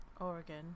Oregon